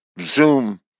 Zoom